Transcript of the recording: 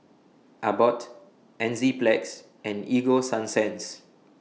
Abbott Enzyplex and Ego Sunsense